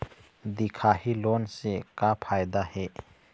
दिखाही लोन से का फायदा हे?